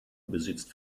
besitzt